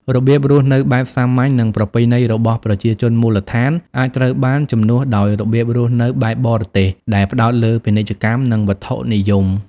របៀបរស់នៅបែបសាមញ្ញ និងប្រពៃណីរបស់ប្រជាជនមូលដ្ឋានអាចត្រូវបានជំនួសដោយរបៀបរស់នៅបែបបរទេស ដែលផ្តោតលើពាណិជ្ជកម្ម និងវត្ថុនិយម។